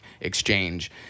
exchange